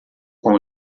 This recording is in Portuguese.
com